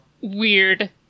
weird